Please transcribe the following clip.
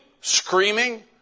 screaming